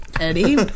Eddie